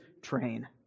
train